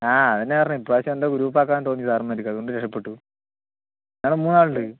ആ അതുതന്നെയാണ് പറഞ്ഞത് ഇപ്പ്രാവശ്യം എന്തോ ഗ്രൂപ്പാക്കാൻ തോന്നി സാറന്മാർക്ക് അതുകൊണ്ട് രക്ഷപെട്ടു ഞങ്ങള് മൂന്നാളുണ്ട്